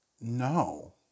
No